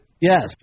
Yes